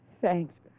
Thanks